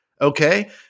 Okay